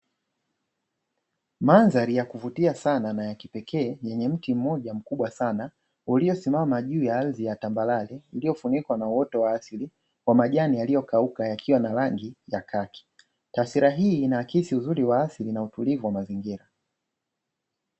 Mandhari ya kuvutia sana na ya kipekee yenye mti mmoja mkubwa sana uliosimama juu ya ardhi ya tambarare iliyofunikwa na uoto wa asili kwa majani yaiyokauka yakiwa na rangi ya kaki. Tasira hii inaakisi uzuri wa asili na utulivu wa mazingira.